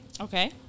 Okay